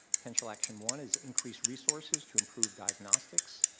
potential action one is, increase resources to improve diagnostics,